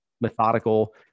methodical